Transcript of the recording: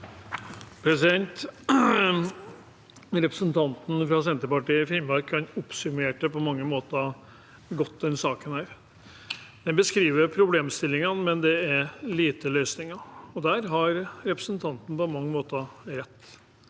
Representanten fra Senterpartiet og Finnmark oppsummerte på mange måter godt denne saken. En beskriver problemstillingene, men det er lite løsninger – der har representanten på mange måter rett.